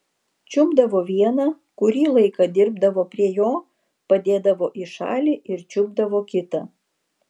čiupdavo vieną kurį laiką dirbdavo prie jo padėdavo į šalį ir čiupdavo kitą